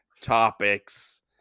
topics